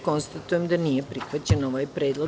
Konstatujem da nije prihvaćen predlog.